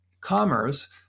Commerce